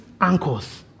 ankles